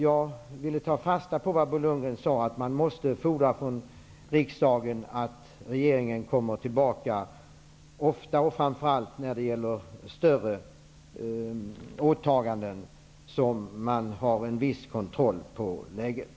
Jag ville ta fasta på vad Bo Lundgren sade, dvs. att riksdagen måste fordra att regeringen kommer tillbaka ofta, framför allt när det gäller större åtaganden, för att man skall kunna ha en viss kontroll på läget.